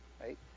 right